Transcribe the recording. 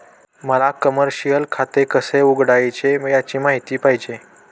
मला कमर्शिअल खाते कसे उघडायचे याची माहिती पाहिजे